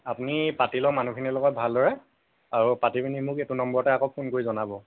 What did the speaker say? আপুনি পাতি লওক মানুহখিনিৰ লগত ভাল দৰে আৰু পাতি লৈ মোক আকৌ এইটো নম্বৰতে আকৌ ফোন কৰি জনাব